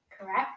Correct